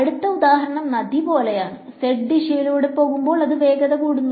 അടുത്ത ഉദാഹരണം നദി പോലെയാണ് z ദിശയിലൂടെ പോകുമ്പോൾ അത് വേഗതകൂടുന്നു